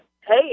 hey